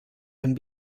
can